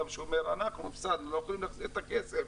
האולם שאומר שהוא הפסיד ושהוא לא יכול להחזיר את הכסף.